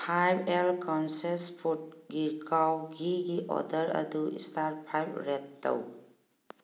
five ꯑꯦꯜ conscious food ꯒꯤꯔ ꯀꯥꯎ ꯘꯤꯒꯤ ꯑꯣꯔꯗꯔ ꯑꯗꯨ ꯏꯁꯇꯥꯔ ꯐꯥꯏꯚ ꯔꯦꯠ ꯇꯧ